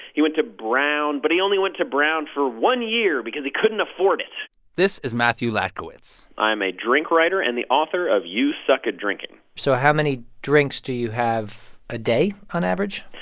he went to brown. but he only went to brown for one year because he couldn't afford it this is matthew latkiewicz i'm a drink writer and the author of you suck at drinking. so how many drinks do you have a day on average?